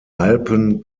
alpen